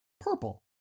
purple